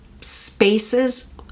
spaces